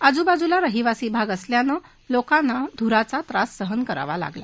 आजुबाजुला रहिवासी भाग असल्यामुळतोकांना धुराचा त्रास सहन करावा लागला